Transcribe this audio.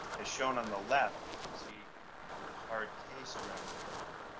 as shown on the left, you can see there's a hard case around the filter.